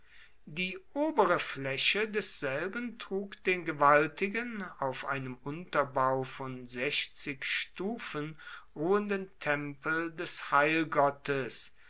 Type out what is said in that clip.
die obere fläche desselben trug den gewaltigen auf einem unterbau von sechzig stufen ruhenden tempel des